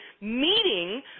meeting